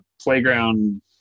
playground